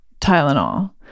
Tylenol